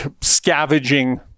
scavenging